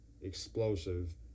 explosive